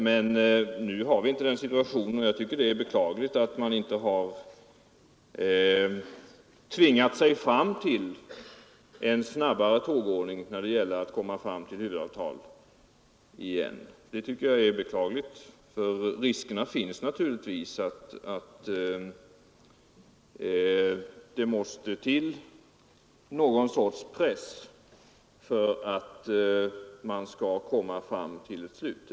Men nu har vi inte den situationen, och jag tycker det är beklagligt att man inte har tvingat sig fram till en snabbare tågordning när det gäller att få till stånd ett nytt huvudavtal, för risken finns naturligtvis att det måste till någon sorts press för att man skall nå en överenskommelse till slut.